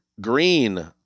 Green